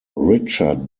richard